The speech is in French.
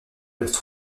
doivent